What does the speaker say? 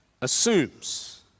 assumes